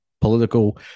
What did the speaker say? political